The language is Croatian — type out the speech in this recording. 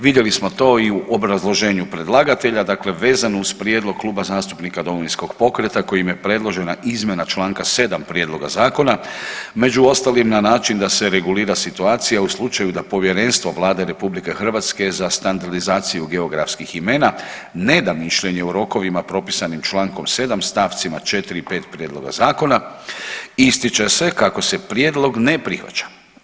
Vidjeli smo to i u obrazloženju predlagatelja, dakle vezano uz prijedlog Kluba zastupnika Domovinskog pokreta kojim je predložena izmjena čl. 7. prijedloga zakona, među ostalim na način da se regulira situacija u slučaju da Povjerenstvo Vlade RH za standardizaciju geografskih imena ne da mišljenje u rokovima propisanim čl. 7. stavcima 4. i 5. prijedloga zakona ističe se kako se prijedlog ne prihvaća.